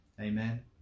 Amen